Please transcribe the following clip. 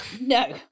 No